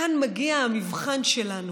כאן מגיע המבחן שלנו: